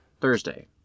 Thursday